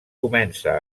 comença